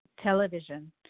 television